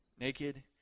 Naked